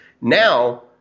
Now